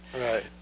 Right